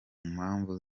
mpamvu